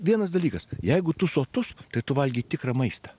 vienas dalykas jeigu tu sotus tai tu valgyk tikrą maistą